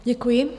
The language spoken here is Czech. Děkuji.